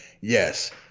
yes